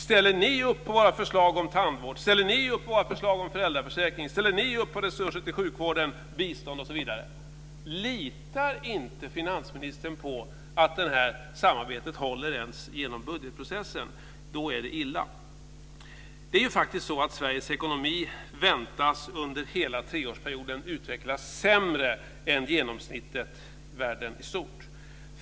Ställer ni upp på våra förslag om tandvård? Ställer ni upp på våra förslag om föräldraförsäkringen? Ställer ni upp på resurser till sjukvården, bistånd osv.? Litar inte finansministern på att samarbetet håller ens genom budgetprocessen är det illa. Sveriges ekonomi väntas under hela treårsperioden utvecklas sämre än genomsnittet för världen i stort.